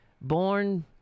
born